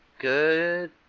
Good